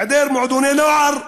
היעדר מועדוני נוער.